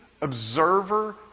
observer